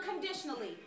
unconditionally